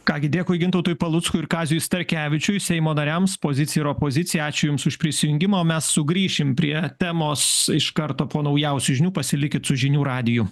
ką gi dėkui gintautui paluckui ir kaziui starkevičiui seimo nariams pozicija ir opozicija ačiū jums už prisijungimą o mes sugrįšim prie temos iš karto po naujausių žinių pasilikit su žinių radiju